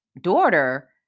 daughter